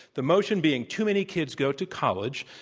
the motion being, too many kids go to college.